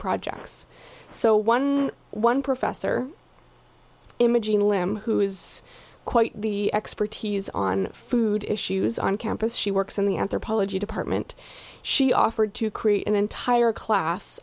projects so one one professor imogene lim who is quite the expertise on food issues on campus she works in the anthropology department she offered to create an entire class